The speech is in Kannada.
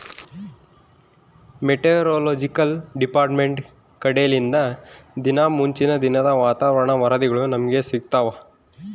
ಮೆಟೆರೊಲೊಜಿಕಲ್ ಡಿಪಾರ್ಟ್ಮೆಂಟ್ ಕಡೆಲಿಂದ ದಿನಾ ಮುಂಚಿನ ದಿನದ ವಾತಾವರಣ ವರದಿಗಳು ನಮ್ಗೆ ಸಿಗುತ್ತವ